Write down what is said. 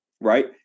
right